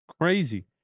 Crazy